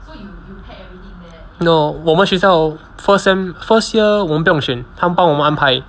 no 我们学校 first sem first year 我们不选他帮我们安排